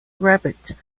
rabbit